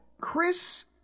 Chris